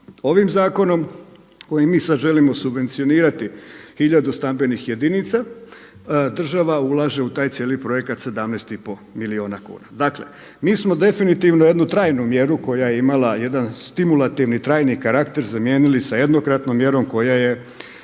Ovim zakonom kojim mi sad želimo subvencionirati hiljadu stambenih jedinica država ulaže u taj cijeli projekat 17 i pol milijuna kuna. Dakle, mi smo definitivno jednu trajnu mjeru koja je imala jedan stimulativni, trajni karakter zamijenili sa jednokratnom mjerom koja će